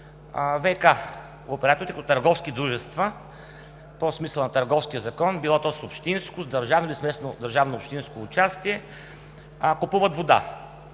ВиК операторите като търговски дружества по смисъла на Търговския закон – било то с общинско, държавно или смесено държавно-общинско участие, купуват вода.